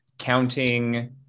counting